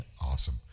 Awesome